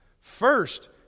First